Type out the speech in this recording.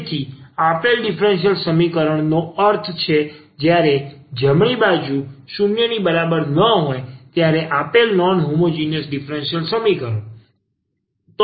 તેથી આપેલ ડીફરન્સીયલ સમીકરણ નો અર્થ છે જ્યારે જમણી બાજુની બાજુ 0 ની બરાબર ન હોય ત્યારે આપેલ નોન હોમોજીનીયસ ડીફરન્સીયલ સમીકરણ